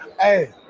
Hey